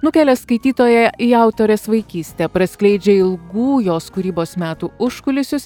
nukelia skaitytoją į autorės vaikystę praskleidžia ilgų jos kūrybos metų užkulisius